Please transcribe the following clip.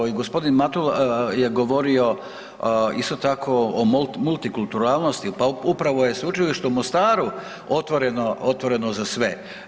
I gospodin Mato je govorio isto tako o multikulturalnosti, pa upravo je Sveučilište u Mostaru otvoreno za sve.